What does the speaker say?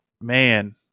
man